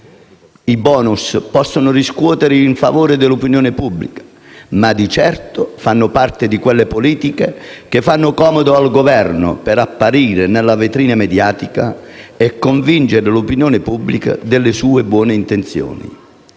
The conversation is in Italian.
I *bonus* possono riscuotere il favore dell'opinione pubblica, ma di certo sono parte di quelle politiche che fanno comodo al Governo per apparire nella vetrina mediatica e convincere l'opinione pubblica delle sue buone intenzioni.